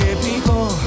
people